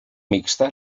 mixta